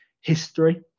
history